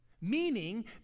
Meaning